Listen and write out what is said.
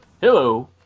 Hello